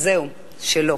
אז זהו, שלא.